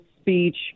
speech